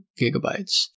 gigabytes